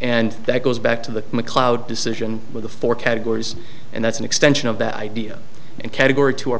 and that goes back to the mcleod decision with the four categories and that's an extension of that idea in category two o